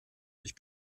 ich